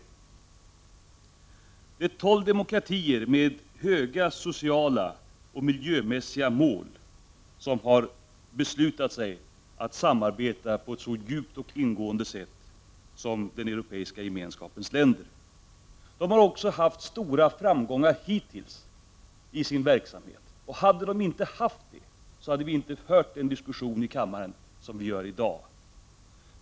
Det är alltså tolv demokratier med höga sociala och miljömässiga mål som har beslutat sig för att samarbeta omfattande och djupt. De har också haft stora framgångar hittills i sin verksamhet. Hade de inte haft det, hade vi inte fört den diskussion i kammaren som vi i dag för.